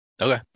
Okay